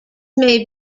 may